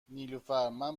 نیلوفرمن